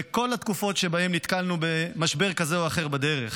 בכל התקופות שבהן נתקלנו במשבר כזה או אחר בדרך.